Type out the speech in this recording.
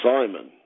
Simon